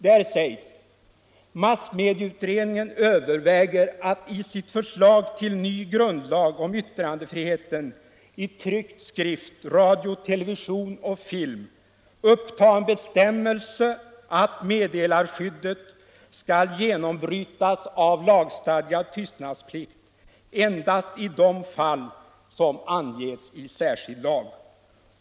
Där sägs att massmedieutredningen överväger att i sitt förslag till ny grundlag om yttrandefriheten i tryckt skrift, radio, television och film uppta en bestämmelse om att meddelarskyddet skall genombrytas av lagstadgad tystnadsplikt endast i de fall som anges i särskild lag.